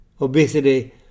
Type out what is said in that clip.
obesity